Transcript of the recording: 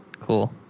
Cool